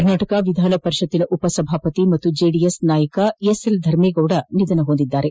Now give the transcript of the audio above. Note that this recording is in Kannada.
ಕರ್ನಾಟಕ ವಿಧಾನ ಪರಿಷತ್ತಿನ ಉಪ ಸಭಾಪತಿ ಹಾಗೂ ಜೆಡಿಎಸ್ ನಾಯಕ ಎಸ್ ಎಲ್ ಧರ್ಮೇಗೌಡ ನಿಧನ ಹೊಂದಿದ್ದಾರೆ